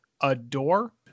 adore